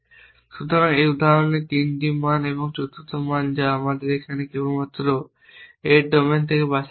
সুতরাং এই উদাহরণে এই 3টি মান এবং এই চতুর্থ মান যা আমরা কেবলমাত্র এর ডোমেন থেকে বাছাই করেছি